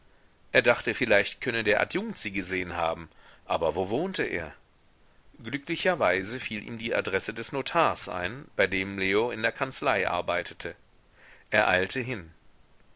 er dachte vielleicht könne der adjunkt sie gesehen haben aber wo wohnte er glücklicherweise fiel ihm die adresse des notars ein bei dem leo in der kanzlei arbeitete er eilte hin